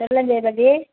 சொல் ஜெயவதி